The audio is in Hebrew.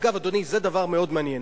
אגב, אדוני, זה דבר מאוד מעניין,